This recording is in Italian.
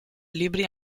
libri